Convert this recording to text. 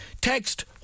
text